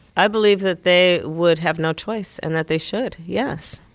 i believe that they would have no choice and that they should. yes.